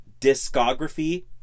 discography